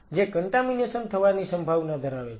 જે કન્ટામીનેશન થવાની સંભાવના ધરાવે છે